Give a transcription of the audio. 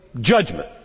judgment